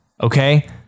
okay